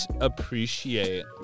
appreciate